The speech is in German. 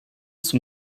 zum